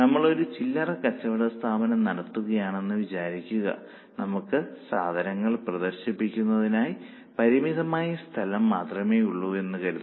നമ്മൾ ഒരു ചില്ലറ കച്ചവടസ്ഥാപനം നടത്തുകയാണെന്ന് വിചാരിക്കുക നമുക്ക് സാധനങ്ങൾ പ്രദർശിപ്പിക്കുന്നതിനായി പരിമിതമായ സ്ഥലം മാത്രമേ ഉള്ളൂ എന്നും കരുതുക